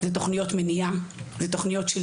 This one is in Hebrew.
מניעה זה תוכניות מניעה,